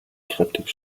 kräftig